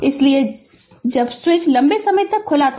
इसलिए जब स्विच लंबे समय तक खुला था